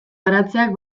baratzeak